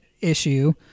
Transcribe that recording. issue